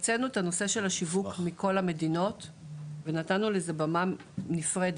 הוצאנו את הנושא של השיווק מכל המדינות ונתנו לזה במה נפרדת.